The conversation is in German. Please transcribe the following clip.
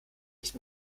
nicht